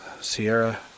Sierra